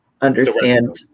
understand